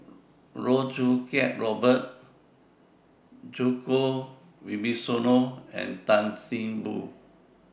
Loh Choo Kiat Robert Djoko Wibisono and Tan See Boo